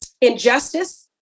injustice